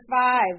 five